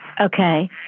Okay